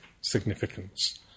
significance